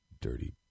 Dirty